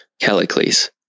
Callicles